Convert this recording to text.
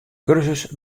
kursus